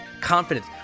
confidence